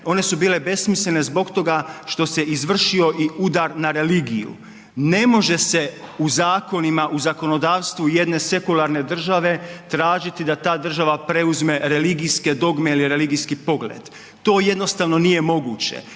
one su bile besmislene zbog toga što se izvršio i udar na religiju. Ne može se u zakonima, u zakonodavstvu jedne sekularne države tražiti da ta država preuzme religijske dogme ili religijski pogled. To jednostavno nije moguće.